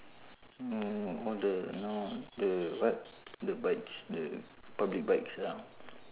mm all the you know the what the bikes the public bikes around